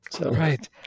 Right